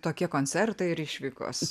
tokie koncertai ir išvykos